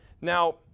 Now